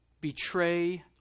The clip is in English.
betray